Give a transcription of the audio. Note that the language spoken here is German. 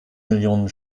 millionen